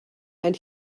and